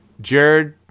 Jared